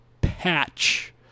patch